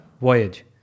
voyage